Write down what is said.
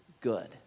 good